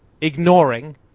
ignoring